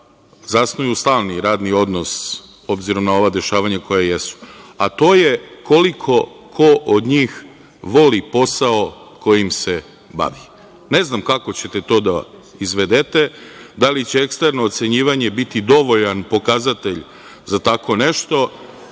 zasnuju stalni radni odnos, obzirom na ova dešavanja koja jesu. A to je koliko ko od njih voli posao kojim se bavi. Ne znam kako ćete to da izvedete. Da li će eksterno ocenjivanje biti dovoljan pokazatelj za tako nešto,